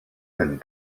and